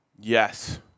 Yes